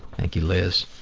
thank you, liz.